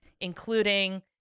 including